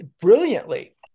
brilliantly